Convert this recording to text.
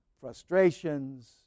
frustrations